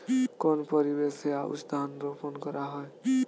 কোন পরিবেশে আউশ ধান রোপন করা হয়?